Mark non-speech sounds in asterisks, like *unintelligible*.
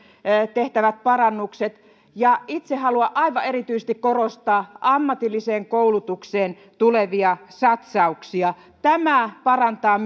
tehtävät parannukset itse haluan aivan erityisesti korostaa ammatilliseen koulutukseen tulevia satsauksia tämä parantaa *unintelligible*